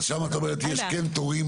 אז שמה את אומרת יש כן תורים.